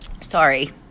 Sorry